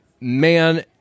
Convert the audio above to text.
man